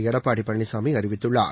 எடப்பாடி பழனிசாமி அறிவித்துள்ளார்